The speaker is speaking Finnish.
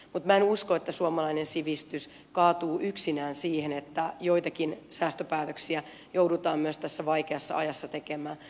mutta minä en usko että suomalainen sivistys kaatuu yksinään siihen että myös joitakin säästöpäätöksiä joudutaan tässä vaikeassa ajassa tekemään